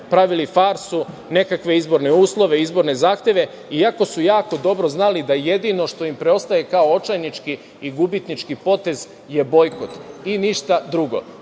pravili farsu, nekakve izborne uslove, izborne zahteve, iako su jako dobro znali da jedino što im preostaje kao očajnički i gubitnički potez je bojkot i ništa drugo,